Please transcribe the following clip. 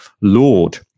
Lord